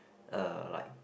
uh like